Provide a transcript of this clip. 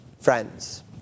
friends